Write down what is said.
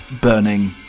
burning